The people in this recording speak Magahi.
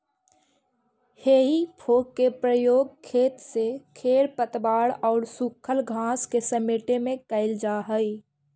हेइ फोक के प्रयोग खेत से खेर पतवार औउर सूखल घास के समेटे में कईल जा हई